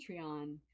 Patreon